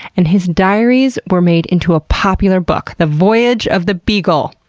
and his diaries were made into a popular book, the voyage of the beagle.